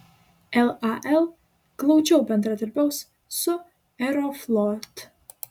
lal glaudžiau bendradarbiaus su aeroflot